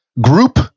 group